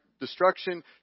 Destruction